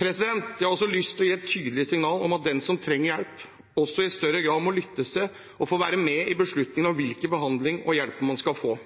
Jeg har også lyst til å gi et tydelig signal om at den som trenger hjelp, også i større grad må lyttes til og få være med i beslutningen om hvilken behandling og hjelp man skal få.